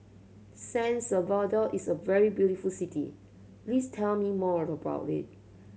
San Salvador is a very beautiful city please tell me more about it